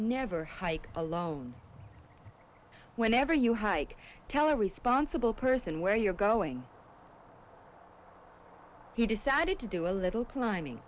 never hike alone whenever you hike tell a responsible person where you're going he decided to do a little climbing